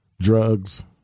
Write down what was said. drugs